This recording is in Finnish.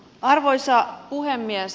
arvoisa puhemies